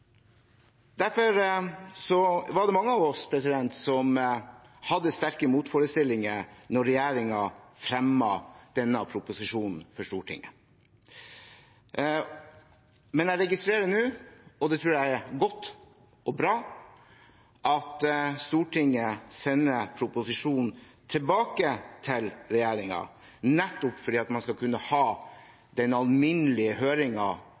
Derfor var det mange av oss som hadde sterke motforestillinger da regjeringen fremmet denne proposisjonen for Stortinget. Men jeg registrerer nå – og det tror jeg er godt og bra – at Stortinget sender proposisjonen tilbake til regjeringen, nettopp for at man skal kunne